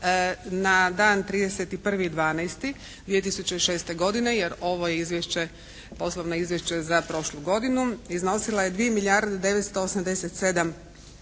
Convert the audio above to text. na dan 31.12.2006. jer ovo je izvješće, Poslovno izvješće za prošlu godinu iznosila je 2 milijarde 987 milijuna